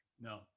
No